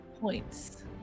points